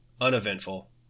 uneventful